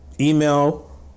Email